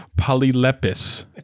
polylepis